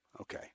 Okay